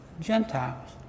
Gentiles